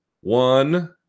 one